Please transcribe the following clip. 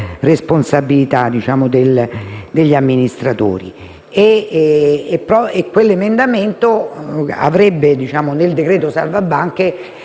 responsabilità degli amministratori. Quell'emendamento nel decreto salva banche